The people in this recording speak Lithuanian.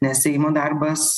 nes seimo darbas